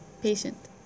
Patient